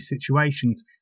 situations